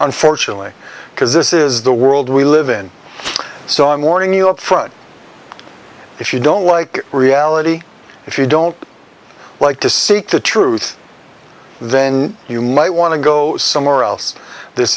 unfortunately because this is the world we live in so i'm warning you up front if you don't like reality if you don't like to seek the truth then you might want to go somewhere else this